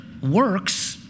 works